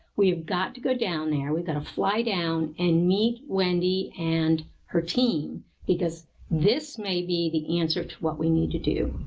we have got to go down there, we have got to fly down and meet wendy and her team because this may be the answer to what we need to do.